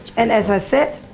and as i said,